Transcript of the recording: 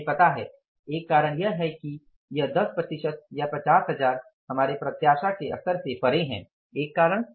हमें पता है एक कारण यह है कि यह 10 प्रतिशत या 50 हजार हमारे प्रत्याशा के स्तर से परे है एक कारण